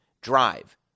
Drive